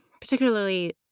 particularly